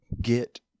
get